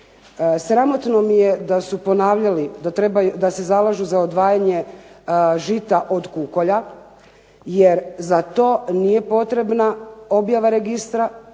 Sramotno mi je da su ponavljali, da se zalažu za odvajanje žita od kukolja, jer za to nije potrebna objava registra,